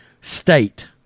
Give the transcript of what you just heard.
state